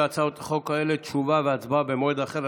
על ההצעות החוק האלה תשובה והצבעה במועד אחר.